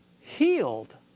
healed